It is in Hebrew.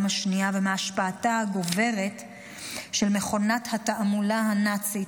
השנייה ומהשפעתה הגוברת של מכונת התעמולה הנאצית,